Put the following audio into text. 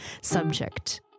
subject